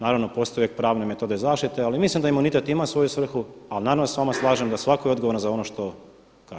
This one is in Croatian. Naravno, postoje uvijek metode zaštite ali mislim da imunitet ima svoju svrhu ali naravno da se s vama slažem da svatko je odgovoran za ono što kaže.